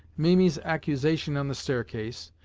mimi's accusation on the staircase,